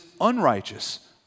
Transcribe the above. unrighteous